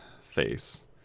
face